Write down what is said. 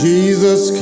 Jesus